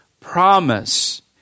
promise